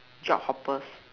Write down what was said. job hoppers